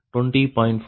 44 Pg0